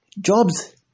jobs